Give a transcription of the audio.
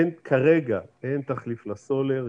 אין כרגע תחליף לסולר.